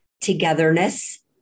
togetherness